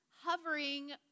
hovering